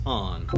on